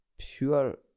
pure